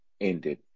ended